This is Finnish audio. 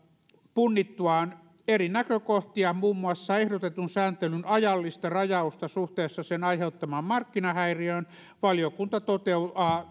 punnittuaan eri näkökohtia muun muassa ehdotetun sääntelyn ajallista rajausta suhteessa sen aiheuttamaan markkinahäiriöön valiokunta toteaa